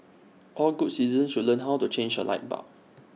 all good citizens should learn how to change A light bulb